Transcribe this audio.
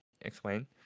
Explain